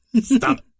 stop